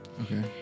Okay